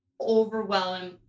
overwhelming